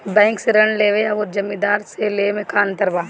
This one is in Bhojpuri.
बैंक से ऋण लेवे अउर जमींदार से लेवे मे का अंतर बा?